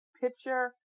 picture